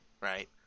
right